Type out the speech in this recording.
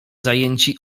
zajęci